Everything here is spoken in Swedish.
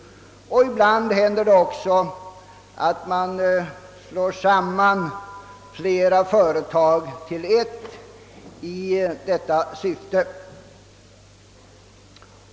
Ibland händer det också att man i detta syfte slår samman flera företag till ett.